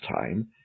time